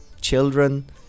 children